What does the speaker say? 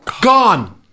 Gone